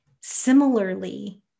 Similarly